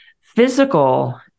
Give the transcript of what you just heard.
physical